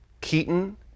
Keaton